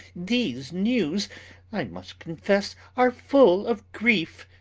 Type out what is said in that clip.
these newes i must confesse are full of greefe,